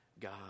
God